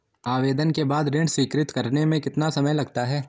आवेदन के बाद ऋण स्वीकृत करने में कितना समय लगता है?